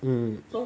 hmm